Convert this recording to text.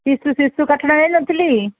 ଶିଶୁ ଶିଶୁ କାଠଟା ନେଇ ନ ଥିଲି